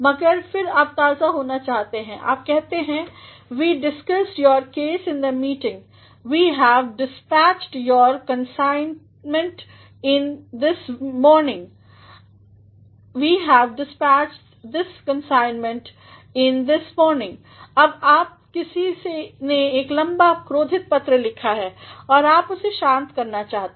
मगर फिर आप ताज़ा होना चाहते हैं आप कहते हैं we discussed your case in the meeting we have dispatched your consignments in this morning we have dispatched this consignments in this morning अब किसी ने एक बहुत लम्बा क्रोधित पत्र लिखा और आप उसे शांत करना चाहते हैं